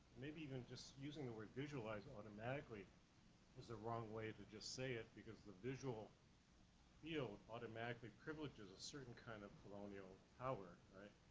maybe even just using the word visualize automatically is a wrong way to just say it, because the visual appeal you know automatically privileges a certain kind of colonial power, right?